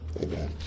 Amen